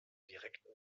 direkten